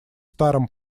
старом